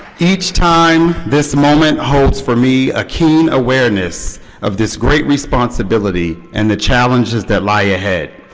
each time this moment holds for me a keen awareness of this great responsibility and the challenges that lie ahead.